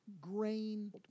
grain